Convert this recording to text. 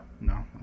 No